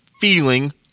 feeling